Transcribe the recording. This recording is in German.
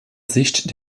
sicht